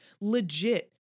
legit